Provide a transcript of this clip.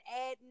adding